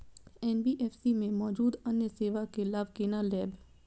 NBFC में मौजूद अन्य सेवा के लाभ केना लैब?